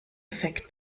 effekt